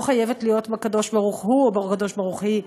היא לא חייבת להיות בקדוש-ברוך-הוא או בקדוש ברוך היא,